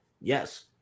Yes